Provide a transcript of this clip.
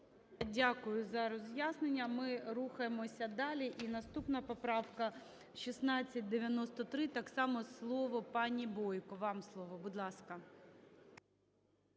Дякую за роз'яснення. Ми рухаємося далі. І наступна поправка 1693. Так само слово пані Бойко, вам слово. Будь ласка.